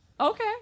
Okay